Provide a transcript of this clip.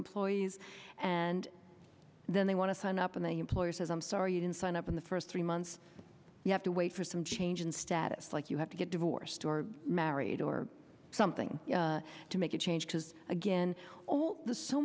employees and then they want to sign up and they employer says i'm sorry you didn't sign up in the first three months you have to wait for some change in status like you have to get divorced or married or something to make a change because again all the so